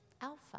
alpha